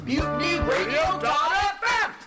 MutinyRadio.fm